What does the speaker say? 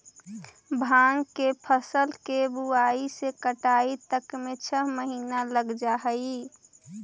भाँग के फसल के बुआई से कटाई तक में छः महीना लग जा हइ